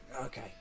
okay